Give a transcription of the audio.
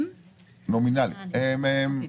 הם מוחלטים.